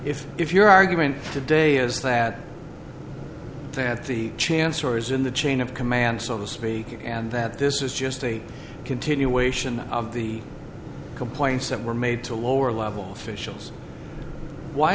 if if your argument today is that that the chance or is in the chain of command so to speak and that this is just a continuation of the complaints that were made to lower level officials why